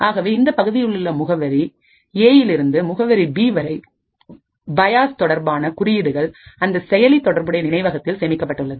ஆகவே இந்தப் பகுதியில் உள்ள முகவரி ஏ விலிருந்து முகவரி பி வரை பயாஸ் தொடர்பான குறியீடுகள் அந்த செயலி தொடர்புடைய நினைவகத்தில் சேமிக்கப்பட்டுள்ளது